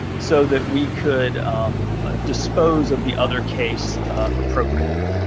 so that we could dispose of the other case appropriately.